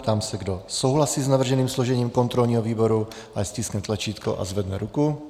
Ptám se, kdo souhlasí s navrženým složením kontrolního výboru, ať stiskne tlačítko a zvedne ruku.